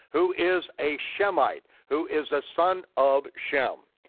who is a shemite, who is a son of shem.